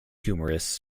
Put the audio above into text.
humorous